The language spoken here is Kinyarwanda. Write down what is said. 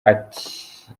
ati